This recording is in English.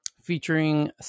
Featuring